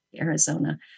Arizona